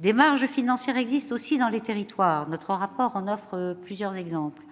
Des marges financières existent aussi dans les territoires. Notre rapport en offre plusieurs exemples.